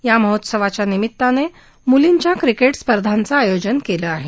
या मोहोत्सवाच्या निमत्तानं मुलींच्या क्रिकेट स्पर्धाचं ायोजन केलं ाहे